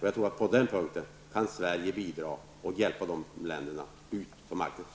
Jag tror att Sverige på den punkten kan bidra och hjälpa de länderna ut på marknaden.